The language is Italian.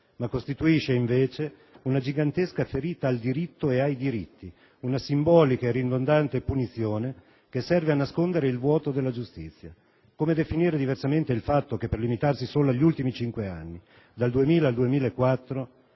ma costituisce invece una gigantesca ferita al diritto e ai diritti, una simbolica e ridondante punizione che serve a nascondere il vuoto della giustizia. Come definire diversamente il fatto che - per limitarsi solo agli ultimi cinque anni, dal 2000 al 2004